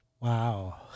Wow